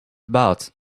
about